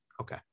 Okay